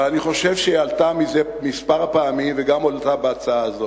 אבל אני חושב שהיא עלתה כמה פעמים וגם הועלתה בהצעה הזאת,